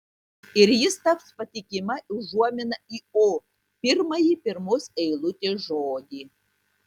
ir jis taps patikima užuomina į o pirmąjį pirmos eilutės žodį